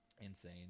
Insane